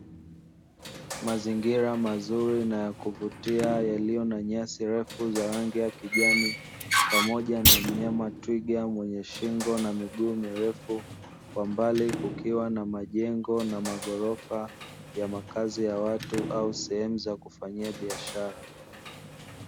Mazingira mazuri na ya kuvutia yaliyo na nyasi ndefu za rangi ya kijani, pamoja na mnyama twiga mwenye shingo na miguu mirefu, kwa mbali kukiwa na majengo na maghorofa ya makazi ya watu au sehemu za kufanyia biashara.